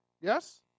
Yes